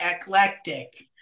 eclectic